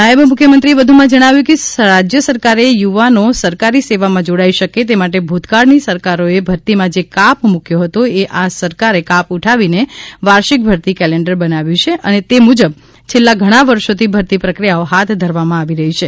નાયબ મુખ્યમંત્રીશ્રીએ વધુમાં જણાવ્યું કે રાજ્ય સરકારે યુવાનો સરકારી સેવામાં જોડાઇ શકે તે માટે ભૂતકાળની સરકારોએ ભરતીમાં જે કાપ મુક્યો હતો એ આ સરકારે કાપ ઉઠાવીને વાર્ષિક ભરતી કેલેન્ડર બનાવ્યું છે અને તે મુજબ છેલ્લા ઘણા વર્ષોથી ભરતી પ્રક્રિયાઓ હાથ ધરવામાં આવી રહી છે